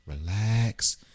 relax